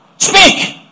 Speak